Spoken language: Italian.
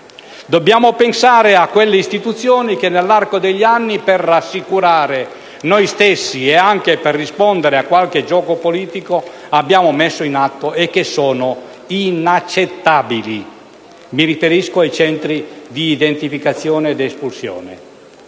dobbiamo pensare a quelle strutture che nell'arco degli anni, per rassicurare noi stessi e anche per rispondere a qualche gioco politico, abbiamo creato e che sono inaccettabili: mi riferisco ai centri di identificazione ed espulsione.